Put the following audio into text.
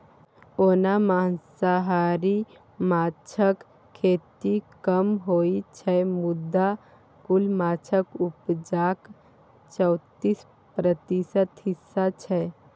ओना मांसाहारी माछक खेती कम होइ छै मुदा कुल माछक उपजाक चौतीस प्रतिशत हिस्सा छै